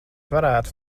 varētu